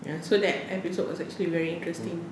ya so that episode was actually very interesting